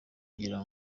ngira